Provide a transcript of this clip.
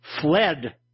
fled